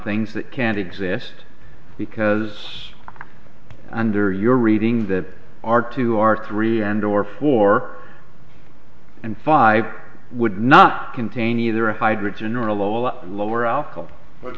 things that can't exist because under your reading that are two or three and or four and five would not contain either a hydrogen or a lower lower alcohol